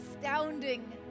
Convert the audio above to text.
astounding